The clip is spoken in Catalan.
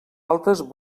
altes